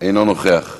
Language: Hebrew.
אינו נוכח.